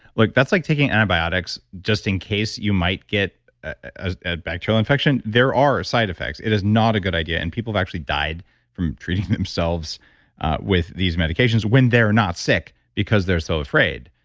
look, that's like taking antibiotics just in case you might get a bacterial infection. there are side effects. it is not a good idea. and people have actually died from treating themselves with these medications when they're not sick because they're so afraid.